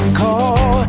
call